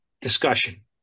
discussion